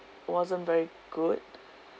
wasn't very good